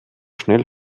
schnell